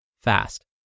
fast